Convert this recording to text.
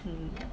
mm